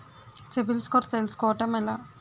CIBIL score తెల్సుకోటం ఎలా?